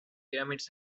pyramids